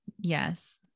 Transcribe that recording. Yes